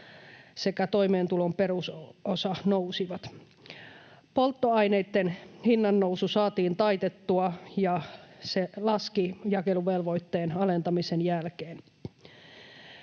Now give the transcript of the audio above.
sekä toimeentulotuen perusosa nousivat. Polttoaineitten hinnannousu saatiin taitettua, ja hinta laski jakeluvelvoitteen alentamisen jälkeen.